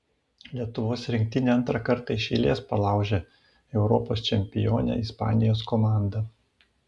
lietuvos rinktinė antrą kartą iš eilės palaužė europos čempionę ispanijos komandą